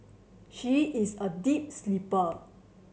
she is a deep sleeper